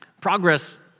Progress